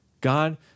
God